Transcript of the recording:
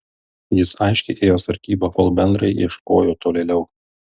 jis aiškiai ėjo sargybą kol bendrai ieškojo tolėliau